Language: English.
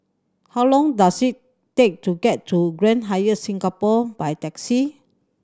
how long does it take to get to Grand Hyatt Singapore by taxi